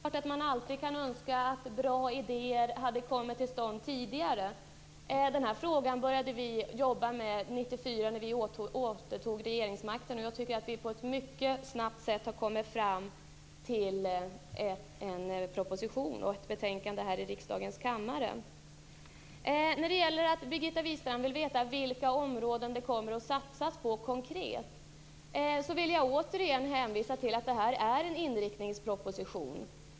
Fru talman! Det är klart att man alltid kan önska att bra idéer hade kommit fram tidigare. Den här frågan började vi jobba med 1994 när vi återtog regeringsmakten, och jag tycker att vi på ett mycket snabbt sätt har kommit fram till en proposition och ett betänkande här i riksdagens kammare. Birgitta Wistrand vill veta vilka områden som det kommer att satsas konkret på. Jag vill då återigen hänvisa till att detta är en inriktningsproposition.